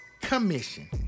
commission